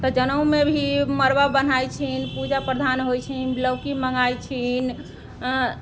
तऽ जनउमे भी मड़बा बन्हाइत छनि पूजा प्रधान होइत छनि बिलौकी मँगाइत छनि हँ